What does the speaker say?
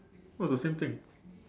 oh it's the same thing